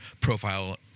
profile